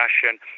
fashion